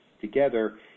together